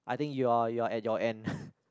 I think you are you are at your end